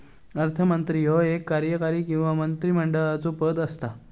अर्थमंत्री ह्यो एक कार्यकारी किंवा मंत्रिमंडळाचो पद असता